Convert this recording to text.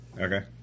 Okay